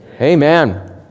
amen